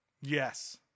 Yes